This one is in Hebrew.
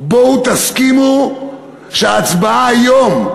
בואו תסכימו שההצבעה היום,